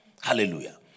Hallelujah